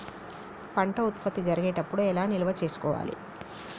పంట ఉత్పత్తి జరిగేటప్పుడు ఎలా నిల్వ చేసుకోవాలి?